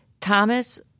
Thomas